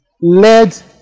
led